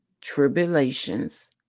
tribulations